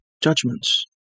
Judgments